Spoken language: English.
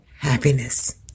happiness